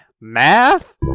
math